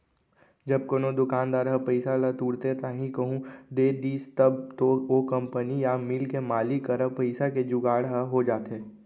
जब कोनो दुकानदार ह पइसा ल तुरते ताही कहूँ दे दिस तब तो ओ कंपनी या मील के मालिक करा पइसा के जुगाड़ ह हो जाथे